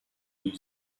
new